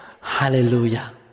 Hallelujah